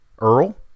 Earl